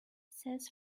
says